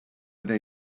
they